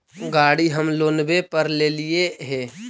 गाड़ी हम लोनवे पर लेलिऐ हे?